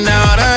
out